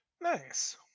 Nice